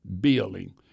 building